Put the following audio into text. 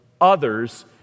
others